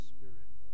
Spirit